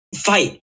Fight